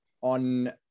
on